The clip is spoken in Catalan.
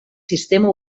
sistema